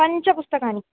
पञ्च पुस्तकानि